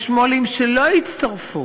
יש מו"לים שלא הצטרפו